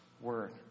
word